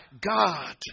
God